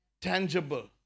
tangible